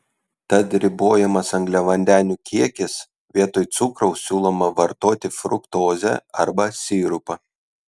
tad ribojamas angliavandenių kiekis vietoj cukraus siūloma vartoti fruktozę arba sirupą